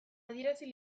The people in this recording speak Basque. adierazi